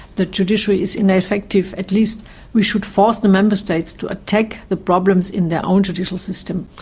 the judiciary is ineffective. at least we should force the member states to attack the problems in their own judicial system.